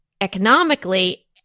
economically